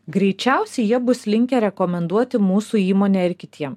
greičiausiai jie bus linkę rekomenduoti mūsų įmonę ir kitiem